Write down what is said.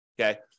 okay